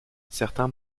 certains